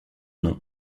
nom